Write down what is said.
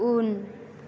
उन